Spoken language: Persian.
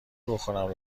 بخورم